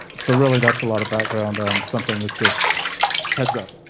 so really, that's a lot of background on something that just heads up.